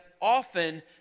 often